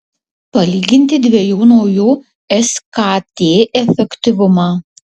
palyginti dviejų naujų skt efektyvumą